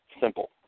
simple